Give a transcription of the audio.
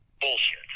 bullshit